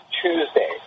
Tuesday